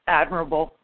admirable